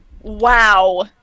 Wow